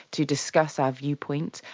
to discuss our viewpoints,